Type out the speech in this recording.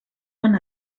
van